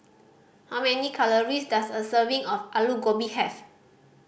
how many calories does a serving of Alu Gobi have